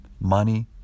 money